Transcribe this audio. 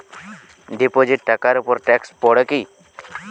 Deposit টাকার উপর tax পড়ে কি?